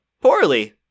poorly